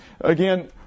again